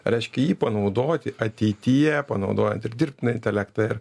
reiškia jį panaudoti ateityje panaudojant ir dirbtiną intelektą ir